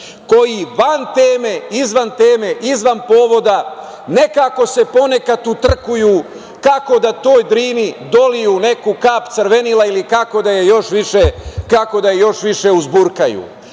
koji van teme, izvan teme, izvan povoda, nekako se ponekad utrkuju kako da toj Drini doliju neku kap crvenila ili kako da je još više uzburkuju.